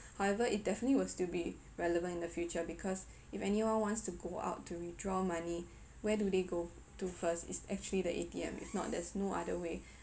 however it definitely will still be relevant in the future because if anyone wants to go out to withdraw money where do they go to first it's actually the A_T_M if not there's no other way